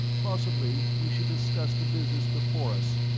possibly we should discuss the business before us.